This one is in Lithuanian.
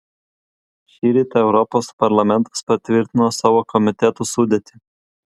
šįryt europos parlamentas patvirtino savo komitetų sudėtį